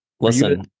Listen